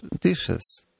dishes